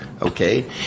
Okay